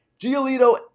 Giolito